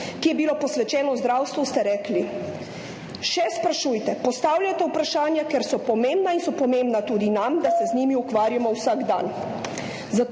ki je bilo posvečeno zdravstvu, ste rekli: »Še sprašujte, postavljate vprašanja, ker so pomembna in so pomembna tudi nam, da se z njimi ukvarjamo vsak dan«.